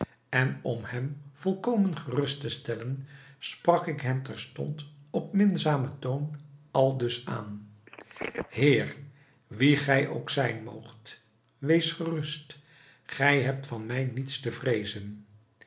en om hem volkomen gerust te stellen sprak ik hem terstond op minzamen toon aldus aan heer wie gij ook zijn moogt wees gerust gij hebt van mij niets te vreezen